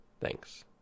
Thanks